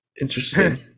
Interesting